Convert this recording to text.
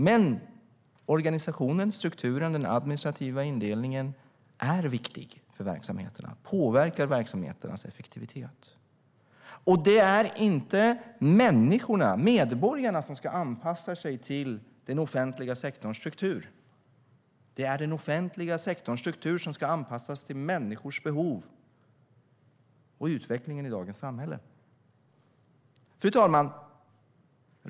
Men organisationen, strukturen och den administrativa indelningen är viktig för verksamheterna och påverkar verksamheternas effektivitet. Det är inte människorna, medborgarna, som ska anpassa sig till den offentliga sektorns struktur. Det är den offentliga sektorns struktur som ska anpassas till människors behov och utvecklingen i dagens samhälle. Fru talman!